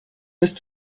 ist